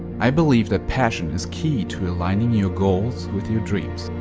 i believe that passion is key to aligning your goals with your dreams.